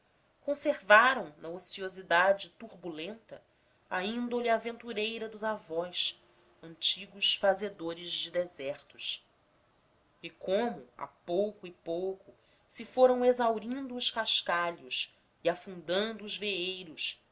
conservaram na ociosidade turbulenta a índole aventureira dos avós antigos fazedores de desertos e como a pouco e pouco se foram exaurindo os cascalhos e afundando os